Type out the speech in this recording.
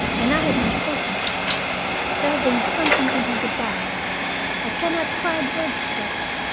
and i had not taken it. there had been something in her good-by i can not find words for it,